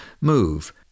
move